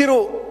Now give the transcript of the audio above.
תראו,